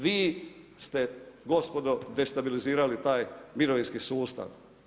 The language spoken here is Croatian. Vi ste gospodo destabilizirali taj mirovinski sustav.